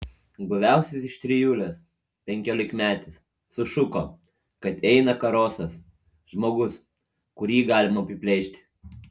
guviausias iš trijulės penkiolikmetis sušuko kad eina karosas žmogus kurį galima apiplėšti